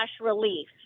relief